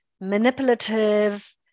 manipulative